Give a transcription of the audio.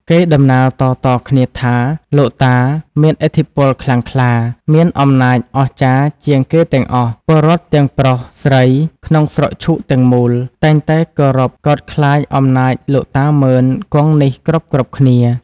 គេតំណាលតៗគ្នាថា លោកតាមានឥទ្ធិពលខ្លាំងក្លា មានអំណាចអស្ចារ្យជាងគេទាំងអស់ ពលរដ្ឋទាំងប្រុស-ស្រីក្នុងស្រុកឈូកទាំងមូល តែងតែគោរពកោតខ្លាចអំណាចលោកតាម៉ឺន-គង់នេះ គ្រប់ៗគ្នា។